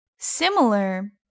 Similar